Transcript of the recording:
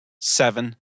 Seven